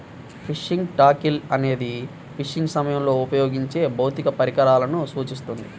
fishing tackle అనేది fishing సమయంలో ఉపయోగించే భౌతిక పరికరాలను సూచిస్తుంది